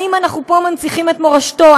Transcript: האם אנחנו פה מנציחים את מורשתו?